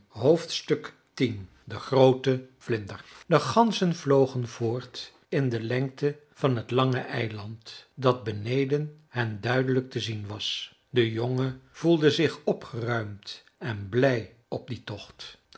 x de groote vlinder de ganzen vlogen voort in de lengte van het lange eiland dat beneden hen duidelijk te zien was de jongen voelde zich opgeruimd en blij op dien tocht